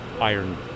iron